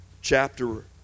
Chapter